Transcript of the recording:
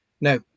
No